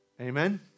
Amen